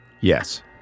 yes